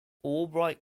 albright